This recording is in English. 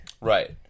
Right